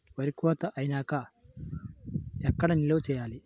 వరి కోత అయినాక ఎక్కడ నిల్వ చేయాలి?